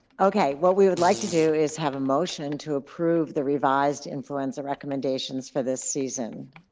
okay, what we would like to do is have a motion to approve the revised influenza recommendations for this season,